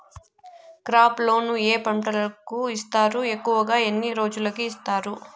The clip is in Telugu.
క్రాప్ లోను ఏ పంటలకు ఇస్తారు ఎక్కువగా ఎన్ని రోజులకి ఇస్తారు